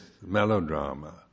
melodrama